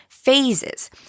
phases